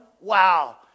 wow